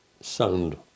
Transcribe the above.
sound